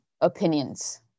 opinions